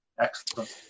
Excellent